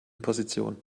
position